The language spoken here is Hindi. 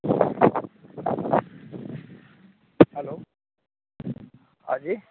हाँ जी